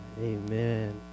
Amen